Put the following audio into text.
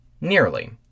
Nearly